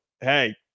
hey